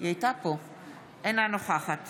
אינה נוכחת